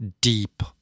deep